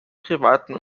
privaten